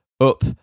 up